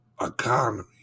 economy